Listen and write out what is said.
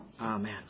amen